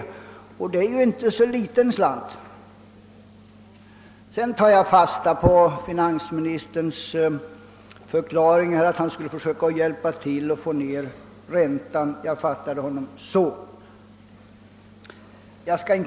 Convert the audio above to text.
Det är ju inte någon liten slant. Jag tar fasta på finansministerns förklaring att han skall försöka hjälpa till att få ned räntan — jag fattade honom så. Herr talman!